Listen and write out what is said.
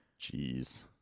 Jeez